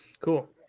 Cool